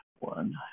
One